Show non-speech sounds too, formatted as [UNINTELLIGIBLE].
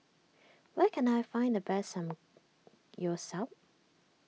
where can I find the best [UNINTELLIGIBLE]